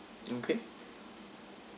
okay